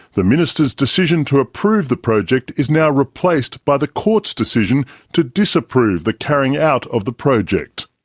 the minister's decision to approve the project is now replaced by the court's decision to disapprove the carrying out of the project.